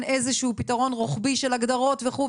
איזה שהוא פתרון רוחבי של הגדרות וכו',